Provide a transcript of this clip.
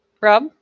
Rob